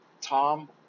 Tom